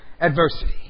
adversity